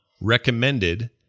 recommended